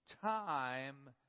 time